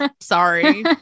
sorry